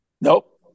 Nope